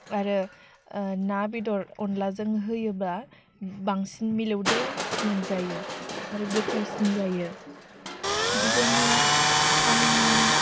आरो ना बेदर अनलाजों होयोब्ला बांसिन मिलौदो मोनजायो आरो गोथावसिन जायो जोङो आं